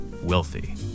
wealthy